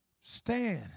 Stand